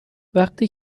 وقتی